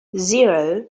zero